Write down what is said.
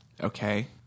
Okay